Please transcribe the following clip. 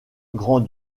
grand